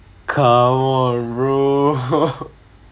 come on bro